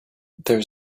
there